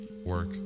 work